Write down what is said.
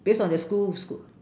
base on their school sch~